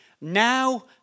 now